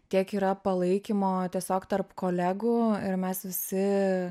tiek yra palaikymo tiesiog tarp kolegų ir mes visi